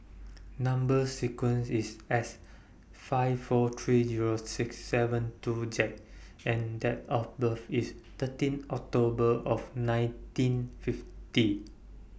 Number sequence IS S five four three Zero six seven two Z and Date of birth IS thirteen October of nineteen fifty